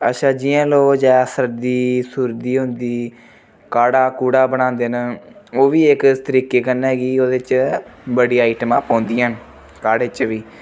अच्छा जियां लोग ज्यादा सर्दी सुर्दी होंदी काढ़ा कुढ़ा बनांदे न ओह् बी इक तरीके कन्नै कि ओह्दे बिच्च बड़ी आइटमां पौंदियां न काढ़े च बी